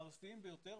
הארסיים ביותר,